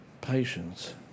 Patience